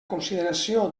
consideració